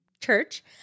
church